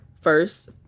first